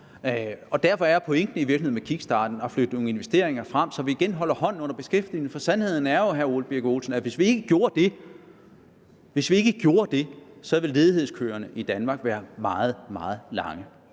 Derfor er pointen med kickstarten i virkeligheden at flytte nogle investeringer frem, så vi igen holder hånden under beskæftigelsen. For sandheden er jo, vil jeg sige til hr. Ole Birk Olesen, at hvis ikke vi gjorde det, så ville ledighedskøerne i Danmark være meget, meget lange.